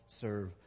serve